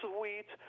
sweet